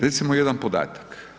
Recimo jedan podatak.